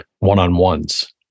one-on-ones